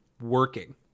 working